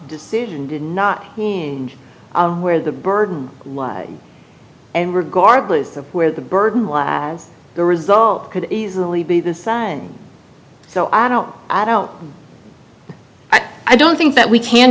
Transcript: decision did not where the burden was and regardless of where the burden was the result could easily be the sign so i don't i don't i don't think that we can